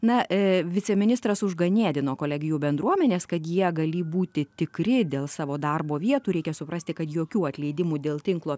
na viceministras užganėdino kolegijų bendruomenės kad jie gali būti tikri dėl savo darbo vietų reikia suprasti kad jokių atleidimų dėl tinklo